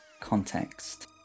context